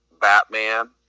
Batman